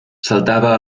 saltava